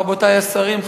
רבותי השרים,